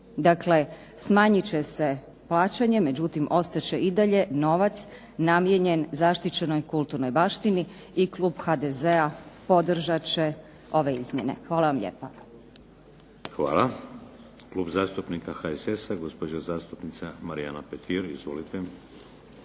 Dakle smanjit će se plaćanje, međutim ostat će i dalje novac namijenjen zaštićenoj kulturnoj baštini, i klub HDZ-a podržat će ove izmjene. Hvala vam lijepa. **Šeks, Vladimir (HDZ)** Hvala. Klub zastupnika HSS-a, gospođa zastupnica Marijana Petir. Izvolite.